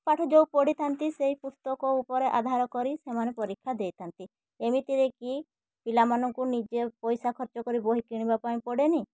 ପାଠ ଯେଉଁ ପଢ଼ିଥାନ୍ତି ସେହି ପୁସ୍ତକ ଉପରେ ଆଧାର କରି ସେମାନେ ପରୀକ୍ଷା ଦେଇଥାଆନ୍ତି ଏମିତିରେ କି ପିଲାମାନଙ୍କୁ ନିଜେ ପଇସା ଖର୍ଚ୍ଚ କରି ବହି କିଣିବା ପାଇଁ ପଡ଼େନି